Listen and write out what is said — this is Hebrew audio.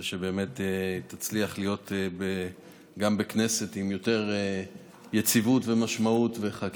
ושבאמת תצליח להיות גם בכנסת עם יותר יציבות ומשמעות וחקיקה.